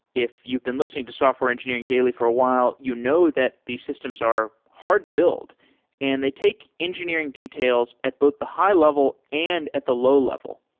if you've been listening to software engineering daily for a while, you know that these systems are hard to build and they take engineering details at both the high-level and at the low-level.